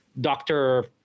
doctor